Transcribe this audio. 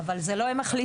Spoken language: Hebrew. אבל זה לא הם מחליטים.